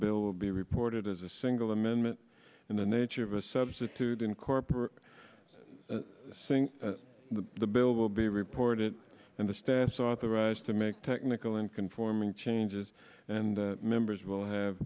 bill will be reported as a single amendment in the nature of a substitute in corporate sink the bill will be reported and the stance authorized to make technical and conforming changes and members will have